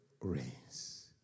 reigns